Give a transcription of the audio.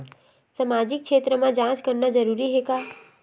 सामाजिक क्षेत्र म जांच करना जरूरी हे का?